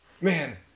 man